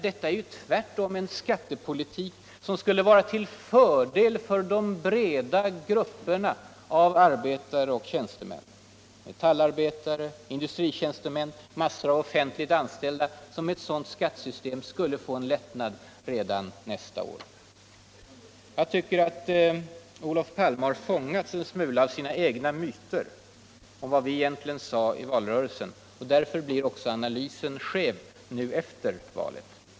Det är tvärtom en skattepolitik som skulle vara till fördel för de breda grupperna av arbetare och tjänstemän. Metallarbetare. industritjänstemän. massor av offentligt anställda skulle med ett sådant skattesystem få en läutnad redan nästa år. Jag tycker att Olof Palme har fångatls en smula av sina egna myter om vad vi egentligen sade i valrörelsen. och därför blir även analysen skev efter valet.